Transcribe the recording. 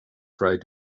tried